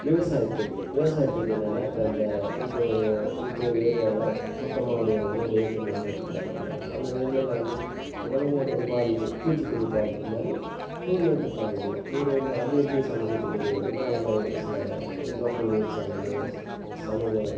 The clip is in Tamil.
விவசாயத்திற்கு விவசாயத்துக்கு என்னென்னா இப்போ அந்த இப்போ ஒரு இப்போ ஒரு ஏரியாவில் மொத்தமாக ஒரு நூறு ஏக்கர் நெல் நட்டுருக்காங்கனா அந்த நெல்லில் வந்து உடனே ஒரு பாதிப்பு பூச்சிக்கொல்லி பாதிப்பு மாதிரி நூறு ஏக்கர் நூறு ஏக்கர் அது எப்படி சமூகத்துக்கு வெளியே வருதுனா அதமாதிரி ஒரு சில லோக்கல் நியூஸ் சேனலு ச சமூக